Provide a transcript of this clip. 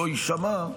יישמע.